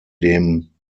dem